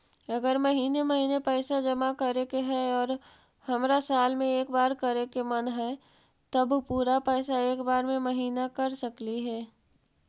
अगर महिने महिने पैसा जमा करे के है और हमरा साल में एक बार करे के मन हैं तब पुरा पैसा एक बार में महिना कर सकली हे?